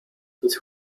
but